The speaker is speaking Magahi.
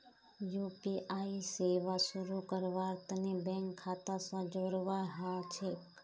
यू.पी.आई सेवा शुरू करवार तने बैंक खाता स जोड़वा ह छेक